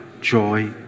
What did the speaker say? joy